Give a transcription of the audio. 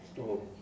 oh